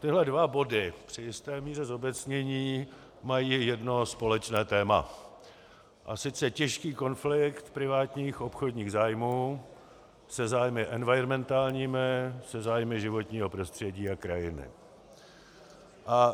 Tyto dva body při jisté míře zobecnění mají jedno společné téma, a sice těžký konflikt privátních obchodních zájmů se zájmy environmentálními, se zájmy životního prostředí a krajiny.